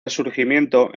resurgimiento